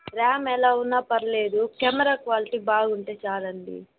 RAM ఎలావున్నా పర్లేదు camera quality బాగుంటే చాలండి